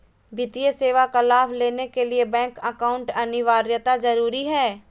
वित्तीय सेवा का लाभ लेने के लिए बैंक अकाउंट अनिवार्यता जरूरी है?